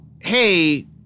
hey